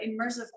immersive